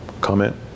comment